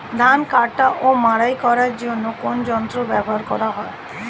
ধান কাটা ও মাড়াই করার জন্য কোন যন্ত্র ব্যবহার করা হয়?